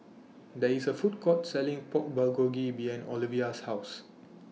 There IS A Food Court Selling Pork Bulgogi behind Olivia's House